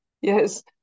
Yes